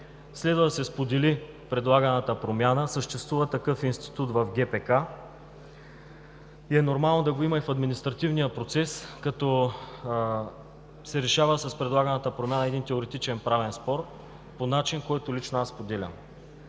следва да се сподели предлаганата промяна, съществува такъв институт в ГПК и е нормално да го има и в административния процес като се решава с предлаганата промяна един теоретичен правен спор по начин, който лично аз споделям.